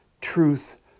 truth